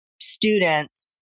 students